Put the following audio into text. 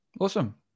Awesome